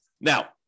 Now